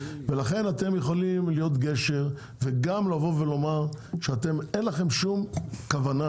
לכן אתם יכולים להיות גשר וגם לבוא ולומר שאין לכם שום כוונה,